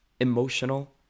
emotional